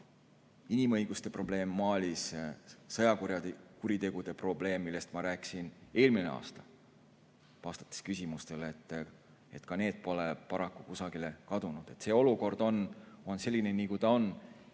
inimõiguste probleem Malis, sõjakuritegude probleem, millest ma rääkisin eelmisel aastal vastates küsimustele, ka need pole paraku kusagile kadunud. Olukord on selline, nagu ta on,